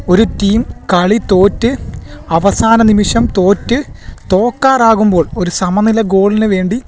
ഒരു ടീം കളിതോറ്റ് അവസാനനിമിഷം തോറ്റ് തോല്ക്കാറാകുമ്പോൾ ഒരു സമനിലഗോളിനു വേണ്ടി